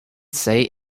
say